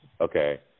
Okay